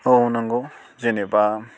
औ नंगौ जेनेबा